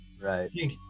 right